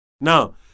Now